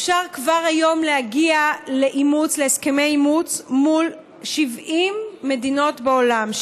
אפשר כבר היום להגיע להסכמי אימוץ מול 70 מדינות בעולם,